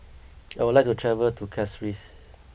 I would like to travel to Castries